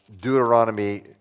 Deuteronomy